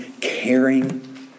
caring